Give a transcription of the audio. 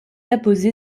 apposée